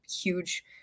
huge